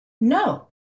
No